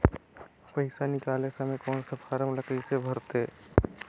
पइसा निकाले समय कौन सा फारम ला कइसे भरते?